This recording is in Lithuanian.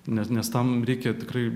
ne nes tam reikia tikrai